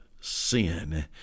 sin